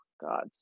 God